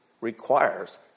requires